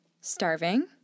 starving